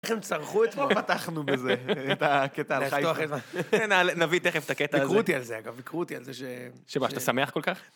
איך הם צרחו את... מה פתחנו בזה? את הקטע הלכה איתו. נביא תכף את הקטע הזה. ביקרו אותי על זה אגב, ביקרו אותי על זה ש... שמה, שאתה שמח כל כך?